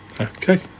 Okay